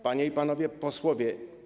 Panie i Panowie Posłowie!